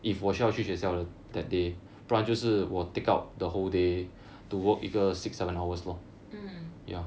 mm